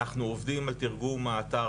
אנחנו עובדים על תרגום האתר,